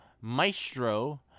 Maestro